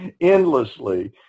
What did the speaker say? endlessly